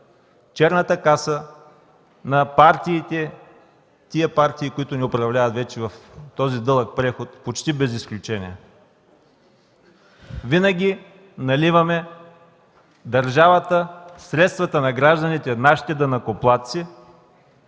черната каса на тези партии, които ни управляват в този дълъг преход почти без изключение. Винаги наливаме средствата на гражданите, нашите данъкоплатци,